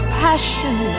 passion